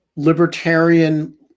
libertarian